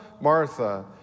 Martha